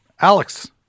Alex